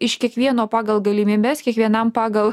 iš kiekvieno pagal galimybes kiekvienam pagal